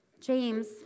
James